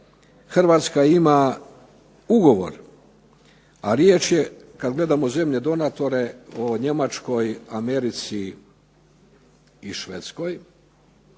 Hrvatska ima ugovor, a riječ je, kad gledamo zemlje donatore, o Njemačkoj, Americi i Švedskoj,